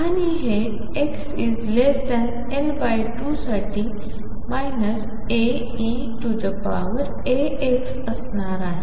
आणि हे xL2 साठी A eαx असणार आहे